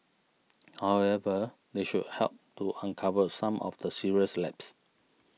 however they should help to uncover some of the serious lapses